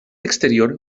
exterior